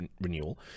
renewal